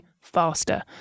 faster